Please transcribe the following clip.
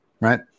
right